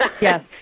Yes